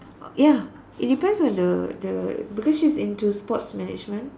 ya it depends on the the because she's into sports management